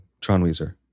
Tronweiser